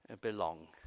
belong